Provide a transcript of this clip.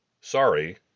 Sorry